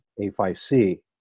A5C